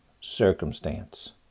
circumstance